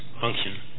function